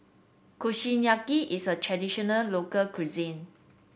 kushiyaki is a traditional local cuisine